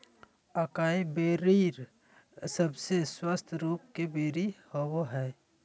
acai berry सबसे स्वस्थ रूप के बेरी होबय हइ